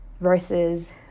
versus